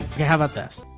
how bout this?